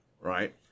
right